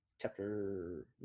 chapter